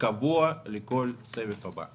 קבוע לכל סבב שיבוא.